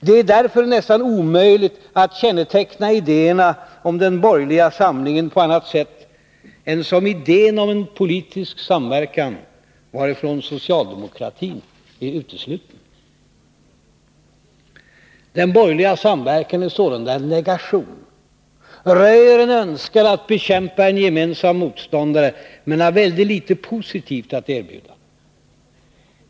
Det är därför nästan omöjligt att känneteckna idéerna om den borgerliga samlingen på annat sätt än som idén om en politisk samverkan varifrån socialdemokratin är utesluten.” Den borgerliga samverkan är sålunda en negation, den röjer en önskan att bekämpa en gemensam motståndare men har väldigt litet positivt att erbjuda.